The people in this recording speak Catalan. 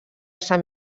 sant